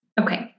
Okay